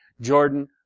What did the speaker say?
Jordan